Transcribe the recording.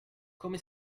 come